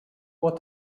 what